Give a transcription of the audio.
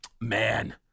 Man